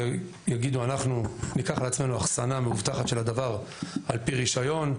שיגידו שהם ייקחו על עצמם אחסנה מאובטחת של הדבר על פי רישיון,